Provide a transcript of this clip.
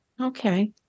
Okay